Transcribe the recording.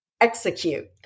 execute